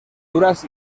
duras